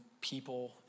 people